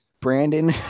Brandon